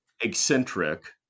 eccentric